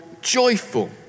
joyful